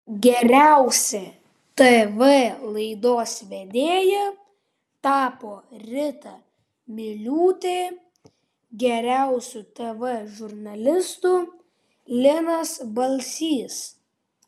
geriausia tv laidos vedėja tapo rita miliūtė geriausiu tv žurnalistu linas balsys